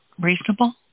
reasonable